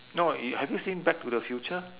no y~ have you seen back to the future